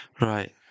Right